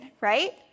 right